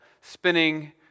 spinning